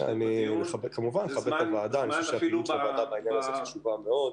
מכבד את הוועדה וחושב שהישיבה הזו חשובה מאוד.